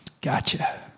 gotcha